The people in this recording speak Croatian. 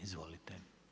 Izvolite.